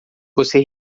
você